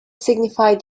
signified